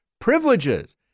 privileges